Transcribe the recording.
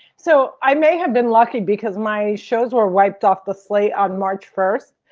so i may have been lucky because my shows were wiped off the slate on march first.